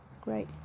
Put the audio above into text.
Great